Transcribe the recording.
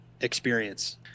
experience